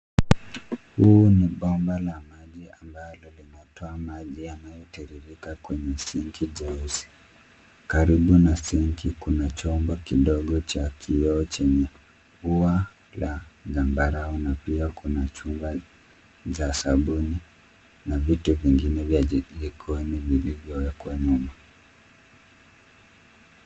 Huu ni bomba la maji ambalo linatoa maji yanayotiririka kwenye sinki jeusi. Karibu na sinki kuna chumba kidogo cha kioo chenye ua la zambarau na pia kuna chupa za sabuni na vitu vingine vya jikoni vilivyowekwa nyuma.